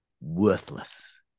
worthless